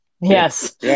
Yes